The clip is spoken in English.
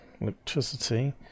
electricity